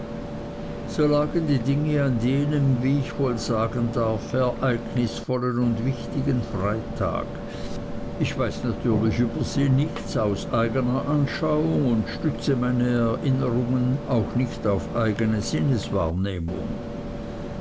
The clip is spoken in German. so lagen die dinge an jenem wie ich wohl sagen darf ereignisvollen und wichtigen freitag ich weiß natürlich über sie nichts aus eigner anschauung und stütze meine erinnerungen auch nicht auf eigne sinneswahrnehmung